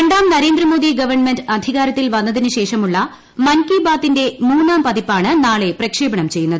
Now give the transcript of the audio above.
രണ്ടാം നരേന്ദ്രമോദി ഗവൺമെന്റ് അധികാരത്തിൽ വന്നതിന് ശേഷമുള്ള മൻ കി ബാത്തിന്റെ മൂന്നാം പതിപ്പാണ് നാളെ പ്രക്ഷേപണം ചെയ്യുന്നത്